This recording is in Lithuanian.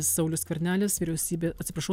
saulius skvernelis vyriausybė atsiprašau